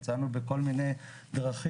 יצאנו בכל מיני דרכים,